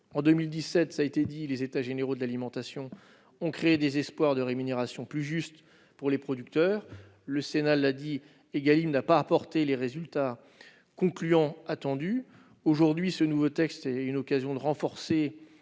En 2017, les États généraux de l'alimentation ont créé des espoirs de rémunération plus juste pour les producteurs. Le Sénat l'a souligné, la loi Égalim n'a pas apporté les résultats escomptés. Aujourd'hui, ce nouveau texte est une occasion de renforcer